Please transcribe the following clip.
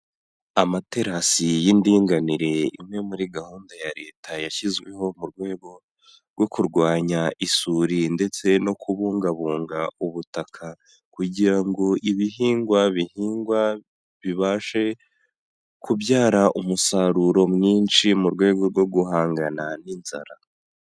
Amaterasi y'indinganire imwe muri gahunda ya Leta yashyizweho mu rwego rwo kurwanya isuri ndetse no kubungabunga ubutaka kugira ngo ibihingwa bihingwa bibashe kubyara umusaruro mwinshi, mu rwego rwo guhangana n'inzara.